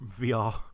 VR